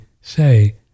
say